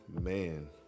man